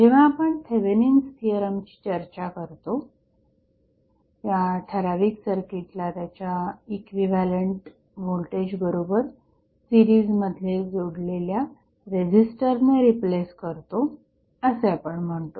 जेव्हा आपण थेवेनिन्स थिअरमची चर्चा करतो या ठराविक सर्किटला त्याच्या इक्विव्हॅलंट व्होल्टेज बरोबर सिरीजमध्ये जोडलेल्या रेझिस्टरने रिप्लेस करतो असे आपण म्हणतो